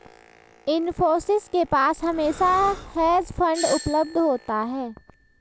इन्फोसिस के पास हमेशा हेज फंड उपलब्ध होता है